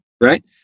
right